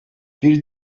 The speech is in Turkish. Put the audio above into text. bir